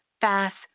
fast